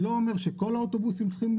זה לא אומר שכל האוטובוסים צריכים להיות מונגשים.